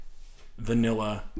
vanilla